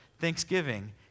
thanksgiving